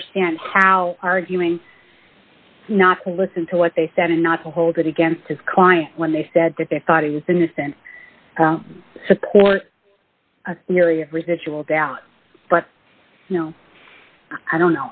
understand how arguing not to listen to what they said and not to hold it against his client when they said that they thought he was innocent support a theory of residual doubt but no i don't